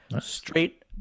straight